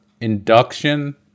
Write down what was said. induction